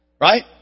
Right